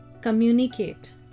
communicate